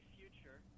future